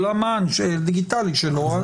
לא רק למען הדיגיטלי שלו?